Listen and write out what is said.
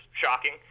shocking